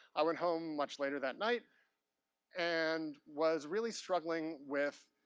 i went home much later that night and was really struggling with